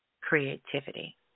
creativity